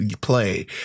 play